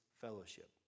fellowship